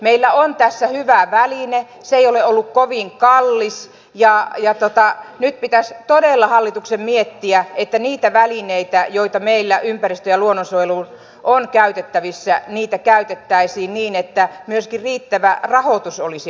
meillä on tässä hyvä väline se ei ole ollut kovin kallis ja nyt pitäisi todella hallituksen miettiä että niitä välineitä joita meillä ympäristön ja luonnonsuojeluun on käytettävissä käytettäisiin niin että myöskin riittävä rahoitus olisi olemassa